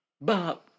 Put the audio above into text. Bob